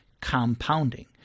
compounding